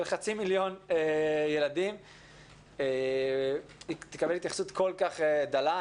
של חצי מיליון ילדים, תקבל התייחסות כל כך דלה.